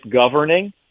governing